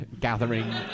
gathering